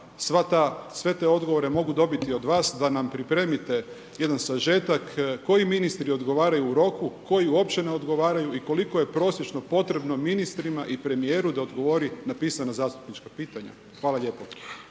sve te odgovore mogu dobiti od vas da nam pripremite jedan sažetak, koji ministri odgovaraju u roku, koji uopće ne odgovaraju i koliko je prosječno potrebno ministrima i premijeru da odgovori na pisana zastupnička pitanja? Hvala lijepo.